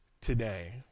today